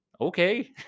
okay